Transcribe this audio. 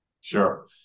Sure